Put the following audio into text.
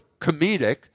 comedic